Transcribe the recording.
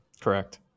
Correct